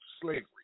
slavery